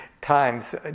times